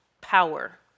power